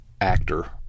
actor